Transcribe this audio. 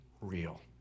real